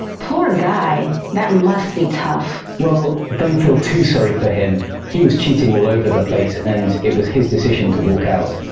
poor guy! that must be tough. well, don't feel too sorry for him. he was cheating all over the place, and it was his decision to walk out.